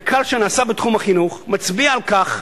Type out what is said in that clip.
מחקר שנעשה בתחום החינוך מצביע על כך,